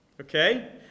Okay